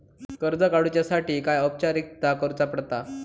कर्ज काडुच्यासाठी काय औपचारिकता करुचा पडता?